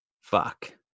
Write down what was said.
fuck